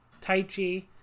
Taichi